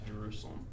Jerusalem